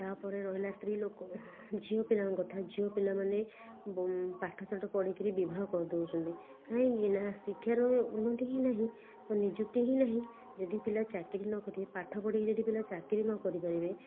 ତା'ପରେ ରହିଲା ସ୍ତ୍ରୀଲୋକ ଝିଅପିଲାଙ୍କ କଥା ଝିଅପିଲାମାନେ ପାଠସାଠ ପଢ଼ିକିରି ବିବାହ କରି ଦେଉଛନ୍ତି କାହିଁକି ନା ଶିକ୍ଷାର ଉନ୍ନତି ହିଁ ନାହିଁ ନିଯୁକ୍ତି ହିଁ ନାହିଁ ଯଦି ପିଲା ଚାକିରି ନ କରିବେ ପାଠପଢ଼ିକି ଯଦି ପିଲା ଚାକିରି ନ କରିପାରିବେ